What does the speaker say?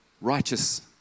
righteous